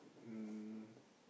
um